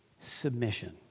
submission